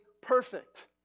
perfect